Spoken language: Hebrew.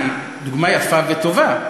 היא דוגמה יפה וטובה,